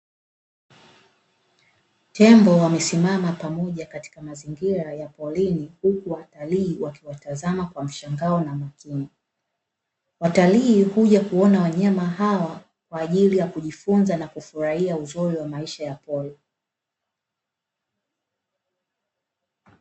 Tembo wamesimama pamoja katika mazingira ya porini huku watalii wakiwatazama kwa mshangao na makini. Watalii huja kuona wanyama hawa kwa ajili ya kujifunza na kufurahia uzuri wa maisha ya pori.